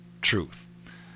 truth